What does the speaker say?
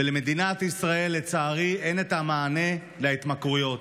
ולמדינת ישראל לצערי אין מענה להתמכרויות.